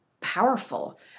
powerful